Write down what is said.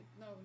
No